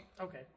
Okay